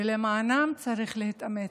ולמענם צריך להתאמץ.